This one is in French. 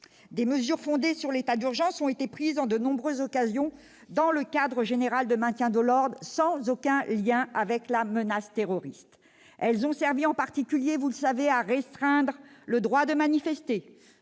Des mesures fondées sur l'état d'urgence ont été prises en de nombreuses occasions dans le cadre général du maintien de l'ordre, sans aucun lien avec la menace terroriste. Elles ont servi en particulier à restreindre le droit de manifester